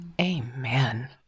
Amen